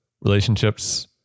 relationships